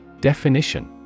Definition